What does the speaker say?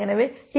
எனவே டி